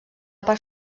part